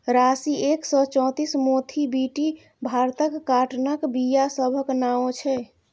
राशी एक सय चौंतीस, मोथीबीटी भारतक काँटनक बीया सभक नाओ छै